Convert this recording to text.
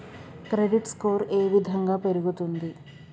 Credit score ఏ విధంగా పెరుగుతుంది?